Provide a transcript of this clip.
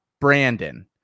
Brandon